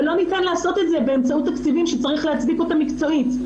אבל לא ניתן לעשות את זה באמצעות תפקידים שצריך להצדיק אותם מקצועית.